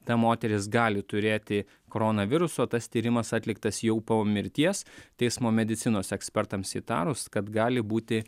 ta moteris gali turėti koronavirusą o tas tyrimas atliktas jau po mirties teismo medicinos ekspertams įtarus kad gali būti